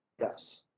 Yes